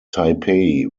taipei